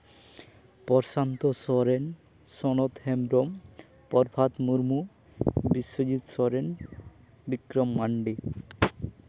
Prasanta Soren Sanat Hembrom Prabhat Murmu Biswajit Soren Bikram Mandi